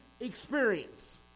experience